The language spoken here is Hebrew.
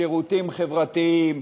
בשירותים החברתיים,